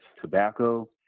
tobacco